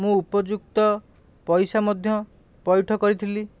ମୁଁ ଉପଯୁକ୍ତ ପଇସା ମଧ୍ୟ ପଇଠ କରିଥିଲି